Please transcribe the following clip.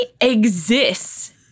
exists